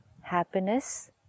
happiness